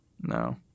No